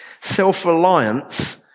Self-reliance